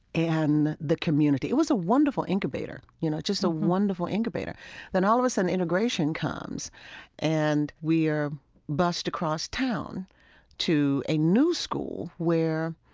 and the community. it was a wonderful incubator, you know, just a wonderful incubator and then all of a sudden integration comes and we are bussed across town to a new school where,